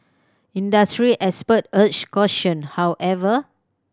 industry expert urged caution however